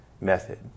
method